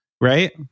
right